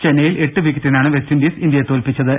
ചെന്നൈയിൽ എട്ടുവിക്കറ്റിനാണ് വെസ്റ്റിൻഡീസ് ഇന്ത്യയെ തോൽപി ച്ചത്